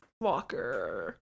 Walker